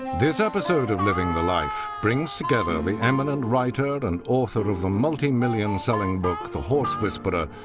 this episode of living the life brings together the eminent writer and author of the multi-million selling book the horse whisperer,